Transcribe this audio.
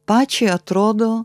pačiai atrodo